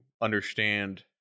understand